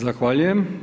Zahvaljujem.